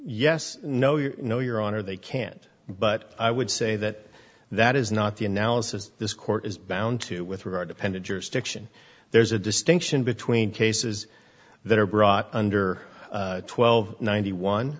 yes no you know your honor they can't but i would say that that is not the analysis this court is bound to with regard to penna jurisdiction there's a distinction between cases that are brought under twelve ninety one